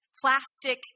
plastic